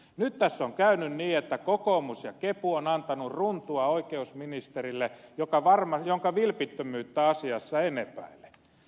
nyt tässä on käynyt niin että kokoomus ja kepu ovat antaneet runtua oikeusministerille jonka vilpittömyyttä asiassa en epäile